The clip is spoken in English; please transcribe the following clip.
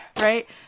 right